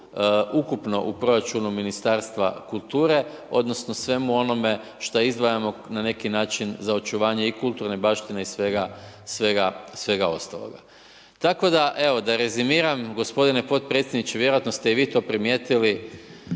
ukupno u proračunu Ministarstva kulture, odnosno svemu onome što izdvajamo na neki način za očuvanje i kulturne baštine i svega ostaloga. Tako da evo, da rezimiram gospodine potpredsjedniče, vjerojatno ste i vi to primijetili,